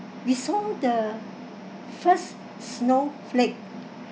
we saw the first snow flake